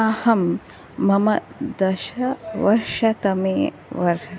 अहं मम दशवर्षतमे व